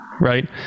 right